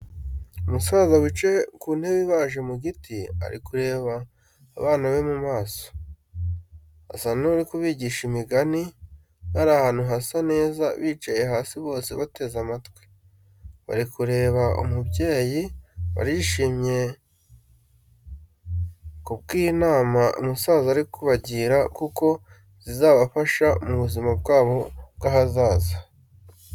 Umusaza wicaye ku ntebe ibaje mu giti, ari kureba abana be mu maso. Asa n’uri kubigisha imigani, bari ahantu hasa neza bicaye hasi bose bateze amatwi, bari kureba umubyeyi, barishimye ku bw'inama umusaza ari kubagira kuko zizabafasha mu buzima bwabo bw'ahazaza.